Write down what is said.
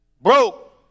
Broke